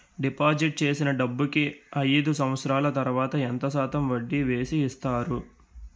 Deposit చేసిన డబ్బుకి అయిదు సంవత్సరాల తర్వాత ఎంత శాతం వడ్డీ వేసి ఇస్తారు?